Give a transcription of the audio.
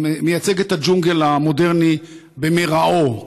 מייצג את הג'ונגל המודרני במרעו,